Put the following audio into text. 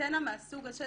אנטנה מהסוג הזה